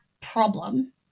problem